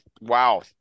Wow